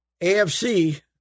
AFC